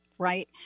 Right